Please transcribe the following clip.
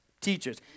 teachers